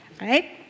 right